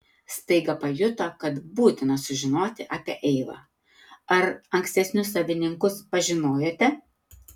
staiga pajuto kad būtina sužinoti apie eivą ar ankstesnius savininkus pažinojote